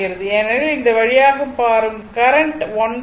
ஏனெனில் இந்த வழியாக பாயும் கரண்ட் 1 ஆகும்